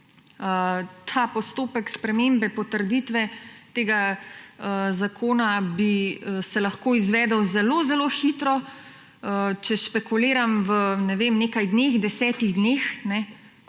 Ta postopek spremembe potrditve tega zakona bi se lahko izvedel zelo zelo hitro. Če špekuliram, v nekaj dneh, 10 dneh: